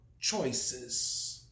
choices